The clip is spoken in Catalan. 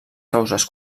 causes